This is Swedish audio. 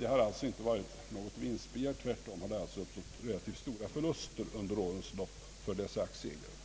Det har alltså inte här varit fråga om något vinstbegär, utan tvärtom har det uppstått relativt stora förluster under årens lopp för dessa aktieägare.